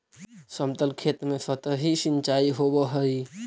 समतल खेत में सतही सिंचाई होवऽ हइ